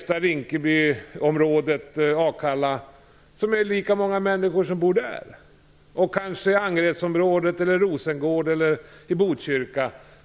Storleksmässigt är det lika många människor som bor i Tensta och Rinkebyområdet och Akalla, eller i Angeredsområdet, Rosengård och Botkyrka.